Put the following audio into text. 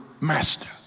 master